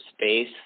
space